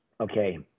okay